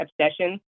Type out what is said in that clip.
obsession